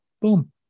Boom